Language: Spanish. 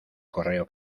correo